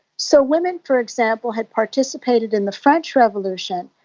so women, for example, had participated in the french revolution,